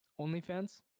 OnlyFans